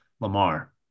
Lamar